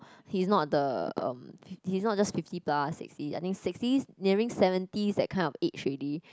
he's not the um he's not just fifty plus sixty I think sixties nearing seventies that kind of age already